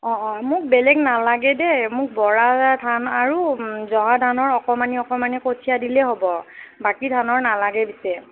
অঁ অঁ মোক বেলেগ নালাগে দে মোক বৰা ধান আৰু জহা ধানৰ অকণমান অকণমান কঠীয়া দিলে হ'ব বাকী ধানৰ নালাগে পিছে